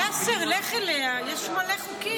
יאסר, יש מלא חוקים.